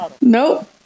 Nope